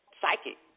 psychic